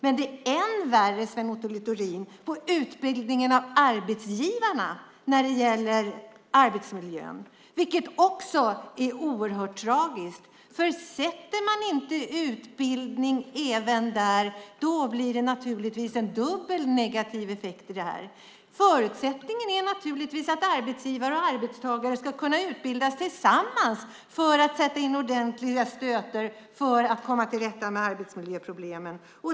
Men det är än värre, Sven Otto Littorin, när det gäller arbetsgivarnas arbetsmiljöutbildning. Det är också oerhört tragiskt. Får de inte utbildning blir det en dubbel negativ effekt här. Förutsättningen är naturligtvis att arbetsgivare och arbetstagare ska kunna utbildas tillsammans och sätta in ordentliga stötar för att komma till rätta med arbetsmiljöproblemen.